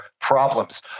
problems